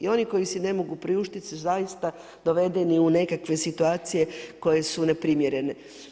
I oni koji si ne mogu priuštiti zaista su dovedeni u nekakve situacije koje su neprimjeren.